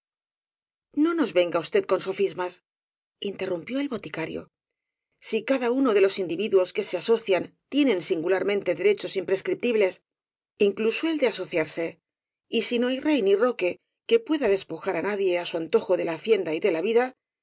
no nos venga usted con sofismas interrum pió el boticario si cada uno de los individuos que se asocian tienen singularmente derechos impres criptibles incluso el de asociarse y si no hay rey ni roque que pueda despojar á nadie á su antojo de la hacienda y de la vida